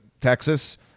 Texas